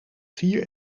vier